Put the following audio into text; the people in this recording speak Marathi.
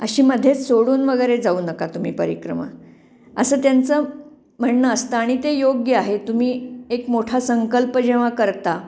अशी मध्येच सोडून वगैरे जाऊ नका तुम्ही परिक्रमा असं त्यांचं म्हणणं असतं आणि ते योग्य आहे तुम्ही एक मोठा संकल्प जेव्हा करता